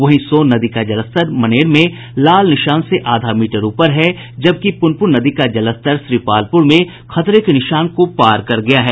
वहीं सोन नदी का जलस्तर मनेर में लाल निशान से आधा मीटर ऊपर है जबकि पुनपुन नदी का जलस्तर श्रीपालपुर में खतरे के निशान को पार कर गया है